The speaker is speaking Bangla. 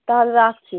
তাহলে রাখছি